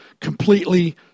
completely